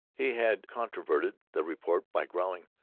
he had controverted the report by growling,